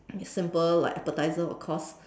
simple like appetizer or course